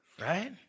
right